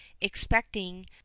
expecting